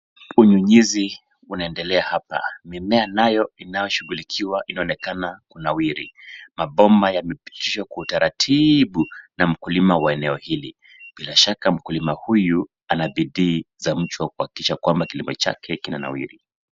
Unyunyuzi unaendelea hapa. Mimea nayo inayoshughulikiwa inaonekana kunawiri. Mabomba yamepitishwa kwa utaratibu na mkulima wa eneo hili. Bila shaka mkulima huyu ana bidii za mchwa kuhakikisha kwamba kilimo chake kinanawiri.